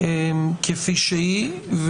כפי שהיא.